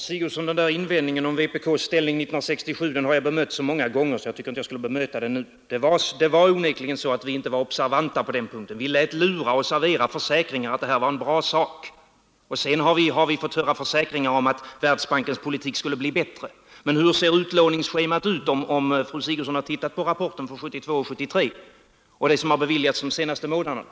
Herr talman! Invändningen om vpk:s inställning 1967 har jag bemött så många gånger att jag inte tycker att jag skulle behöva bemöta den nu igen. Det var onekligen så att vi inte var observanta på den punkten. Vi lät lura oss av era försäkringar om att det här var en bra sak. Sedan har vi fått höra försäkringar om att Världsbankens politik skulle bli bättre. Men hur ser utlåningsschemat enligt rapporten från 1972/73 ut, och vilka krediter är det som har beviljats de senaste månaderna?